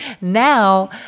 now